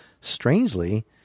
strangely